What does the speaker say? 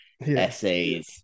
essays